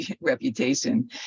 reputation